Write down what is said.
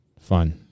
fun